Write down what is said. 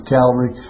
Calvary